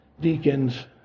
deacons